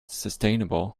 sustainable